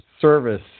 service